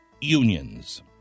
unions